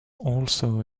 also